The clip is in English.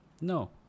No